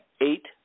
eight